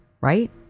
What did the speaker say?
right